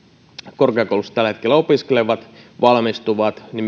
korkeakouluissa tällä hetkellä opiskelevat ja valmistuvat